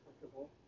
comfortable